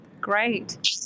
Great